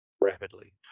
rapidly